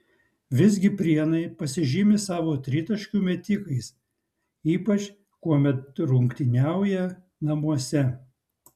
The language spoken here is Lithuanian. visgi prienai pasižymi savo tritaškių metikais ypač kuomet rungtyniauja namuose